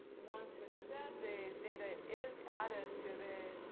once we do that, the data is added to the,